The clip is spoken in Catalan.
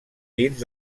dins